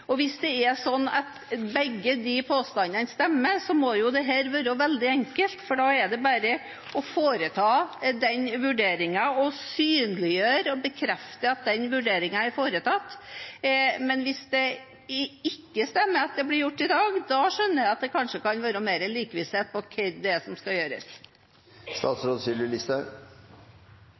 Hvis det er sånn at begge disse påstandene stemmer, må jo dette være veldig enkelt, for da er det bare å foreta den vurderingen og synliggjøre og bekrefte at den vurderingen er foretatt. Men hvis det ikke stemmer at det blir gjort i dag, skjønner jeg at det kanskje kan være mer uvisshet på hva det er som skal